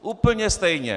Úplně stejně.